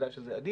ודאי שזה עדיף.